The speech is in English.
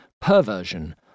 perversion